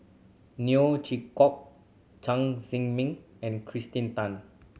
Neo Chwee Kok Chen Zhiming and Kirsten Tan